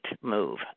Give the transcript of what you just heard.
move